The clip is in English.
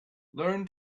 learn